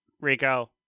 Rico